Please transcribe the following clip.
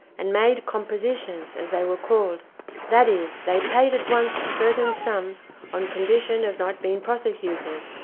and made compositions, as they were called that is, they paid at once a certain sum on condition of not being prosecuted.